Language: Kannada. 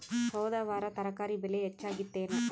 ಹೊದ ವಾರ ತರಕಾರಿ ಬೆಲೆ ಹೆಚ್ಚಾಗಿತ್ತೇನ?